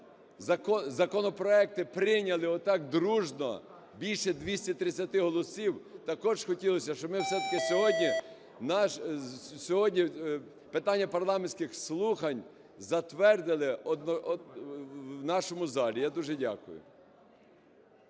законопроекти прийняли, отак дружно, більше 230 голосів. Також хотілося б, щоб ми все-таки сьогодні питання парламентських слухань затвердили в нашому залі. Я дуже дякую.